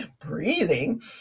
breathing